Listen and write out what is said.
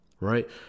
Right